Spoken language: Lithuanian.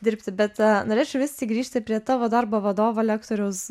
dirbti bet norėčiau vis tik grįžti prie tavo darbo vadovo lektoriaus